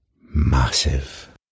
massive